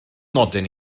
nodyn